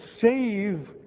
save